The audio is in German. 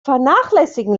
vernachlässigen